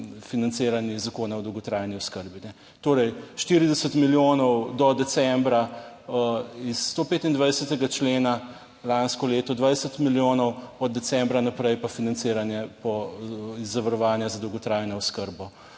financiranja zakona o dolgotrajni oskrbi, torej 40 milijonov do decembra iz 125. člena, lansko leto 2020 milijonov, od decembra naprej pa financiranje iz zavarovanja za dolgotrajno oskrbo.